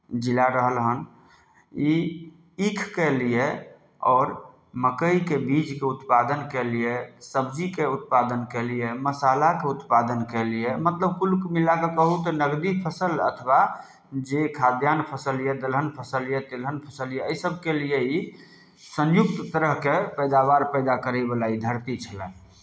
जिला रहल हन ई ईखके लिए आओर मक्कइके बीजके उत्पादनके लिए सब्जीके उत्पादनके लिए मसालाके उत्पादनके लिए मतलब कुल मिला कऽ कहू तऽ नगदी फसल अथवा जे खाद्यान्न फसल यए दलहन फसल यए तिलहन फसल यए एहि सभके लिए ही संयुक्त तरहके पैदावार पैदा करयवला ई धरती छलय